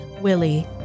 Willie